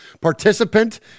participant